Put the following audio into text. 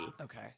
Okay